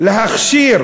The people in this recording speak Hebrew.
להכשיר